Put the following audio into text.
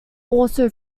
also